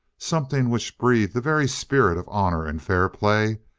something which breathed the very spirit of honor and fair play,